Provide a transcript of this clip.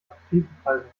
apothekenpreisen